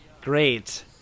Great